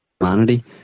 humanity